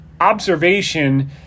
observation